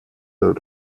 del